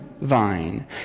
vine